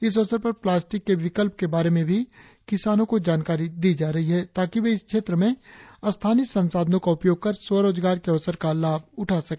इस अवसर पर प्लास्टिक के विकल्प के बारे में भी किसानों को जानकारी दी जा रही है ताकि वे इस क्षेत्र में स्थानीय संसाधनों का उपयोग कर स्वरोजगार के अवसर का लाभ उठा सके